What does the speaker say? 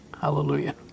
Hallelujah